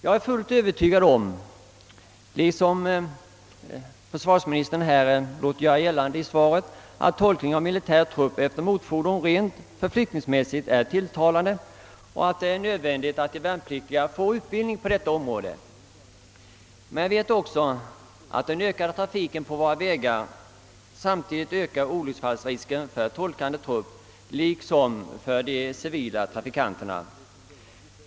Jag är fullt övertygad om att tolkning av militär trupp efter motorfordon, såsom försvarsministern gör gällande i svaret, rent förflyttningsmässigt är tilltalande och att det är nödvändigt att de värnpliktiga får utbildning på detta område. Men jag vet också att den ökade trafiken samtidigt höjer olycksfallsrisken för tolkande trupp liksom för de civila trafikanterna.